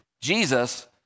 Jesus